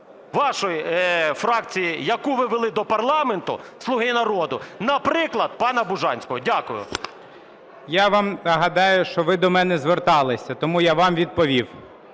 вашої фракції, яку ви ввели до парламенту, "Слуги народу", наприклад пана Бужанського. Дякую. ГОЛОВУЮЧИЙ. Я вам нагадаю, що ви до мене зверталися, тому я вам відповів,